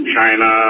China